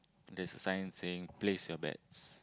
there's a sign saying place your bets